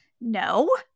No